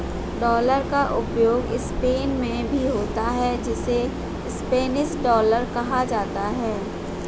dollar का प्रयोग Spain में भी होता है जिसे स्पेनिश डॉलर कहा जाता है